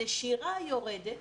הנשירה יורדת